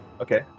Okay